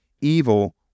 evil